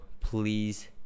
please